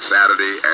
Saturday